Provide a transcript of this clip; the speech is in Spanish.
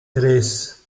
tres